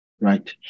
right